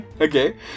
okay